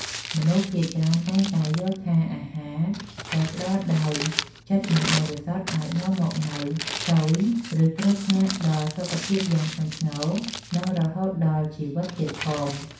មនុស្សភាគច្រើនតែងតែយល់ថាអាហារដែលផ្តល់ឱ្យដោយចិត្តមិនបរិសុទ្ធអាចនាំមកនូវស៊យឬគ្រោះថ្នាក់ដល់សុខភាពយ៉ាងធ្ងន់ធ្ងរ និងរហូតដល់ជីវិតទៀតផង។